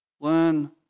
Learn